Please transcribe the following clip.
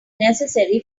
necessary